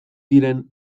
diren